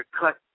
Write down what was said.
cut